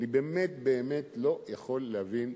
אני באמת באמת לא יכול להבין,